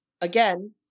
again